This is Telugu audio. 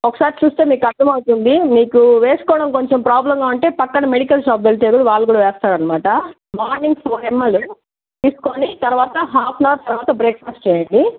ఒకసారి చూస్తే మీకు అర్థం అవుతుంది మీకూ వేసుకోవడం కొంచెం ప్రాబ్లమ్గా ఉంటే పక్కన మెడికల్ షాప్ వెళ్తే కూడా వాళ్ళు కూడా వేస్తారనమాట మార్నింగ్స్ ఫోర్ ఎమ్ఎల్ తీసుకొని తరవాత హాఫ్ యాన్ అవర్ తర్వాత బ్రేక్ఫాస్ట్ చేయండి